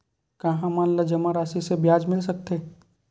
का हमन ला जमा राशि से ब्याज मिल सकथे?